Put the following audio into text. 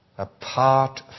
Apart